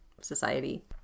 society